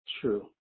True